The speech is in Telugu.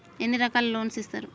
ఎన్ని రకాల లోన్స్ ఇస్తరు?